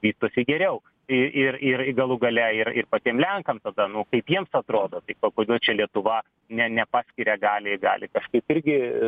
vystosi geriau ir ir ir galų gale ir ir patiems lenkams tada nu kaip jiems atrodo taip o kodėl čia lietuva ne nepaskiria gali gali kažkaip irgi